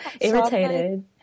irritated